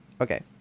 Okay